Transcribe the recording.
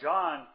John